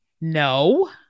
No